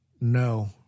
No